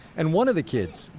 and one of the kids,